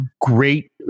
great